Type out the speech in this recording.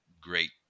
great